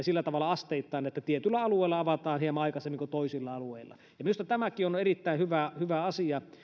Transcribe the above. sillä tavalla että tietyllä alueella avataan hieman aikaisemmin kuin toisilla alueilla ja minusta tämäkin on on erittäin hyvä hyvä asia